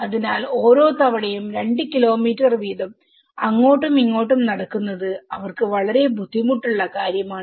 അതിനാൽ ഓരോ തവണയും രണ്ട് കിലോമീറ്റർ വീതം അങ്ങോട്ടും ഇങ്ങോട്ടും നടക്കുന്നത് അവർക്ക് വളരെ ബുദ്ധിമുട്ടുള്ള കാര്യമാണ്